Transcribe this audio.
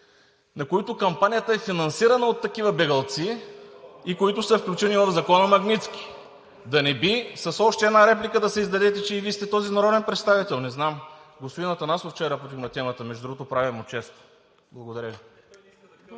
на които кампанията е финансирана от такива бегълци, са включени в Закона „Магнитски“. Да не би с още една реплика да се издадете, че и Вие сте този народен представител – не знам. Господин Атанасов вчера повдигна темата, между другото, прави му чест. Благодаря